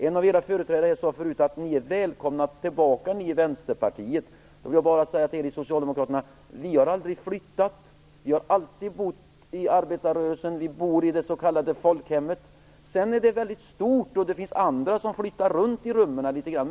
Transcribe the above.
En av Socialdemokraternas företrädare sade tidigare i debatten att vi i Vänsterpartiet var välkomna tillbaka. Men vi har aldrig flyttat, utan vi har alltid bott i arbetarrörelsen. Vi bor i det s.k. folkhemmet. Detta är emellertid väldigt stort, och det finns andra som flyttar runt i rummen litet grand.